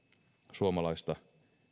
suomalaista